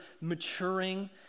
maturing